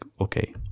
okay